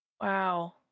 Wow